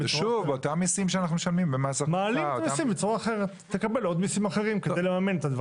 או יותר נכון החובות שנוחתות על רשויות מקומיות יום ולילה זה דבר